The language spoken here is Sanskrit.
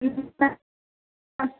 तन्न अस्